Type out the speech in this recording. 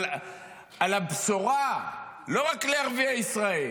הבשורה לא רק לערביי ישראל,